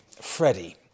Freddie